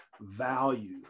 value